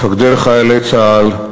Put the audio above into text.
מפקדי צה"ל וחייליו,